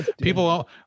People